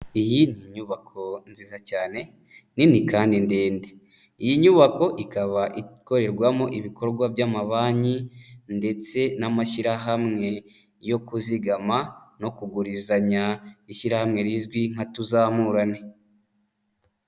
Iyi ni nyubako nziza cyane, nini kandi ndende. Iyi nyubako ikaba ikorerwamo ibikorwa by'amabanki ndetse n'amashyirahamwe yo kuzigama no kugurizanya, ishyirahamwe rizwi nka tuzamurane.